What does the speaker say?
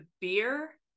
beer